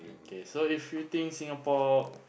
okay if you think Singapore